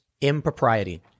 impropriety